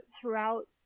throughout